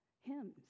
hymns